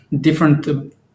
different